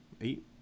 Eight